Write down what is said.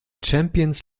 champions